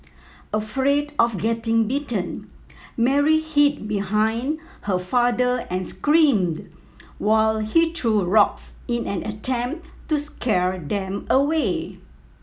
afraid of getting bitten Mary hid behind her father and screamed while he threw rocks in an attempt to scare them away